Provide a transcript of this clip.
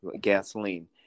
gasoline